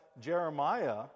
Jeremiah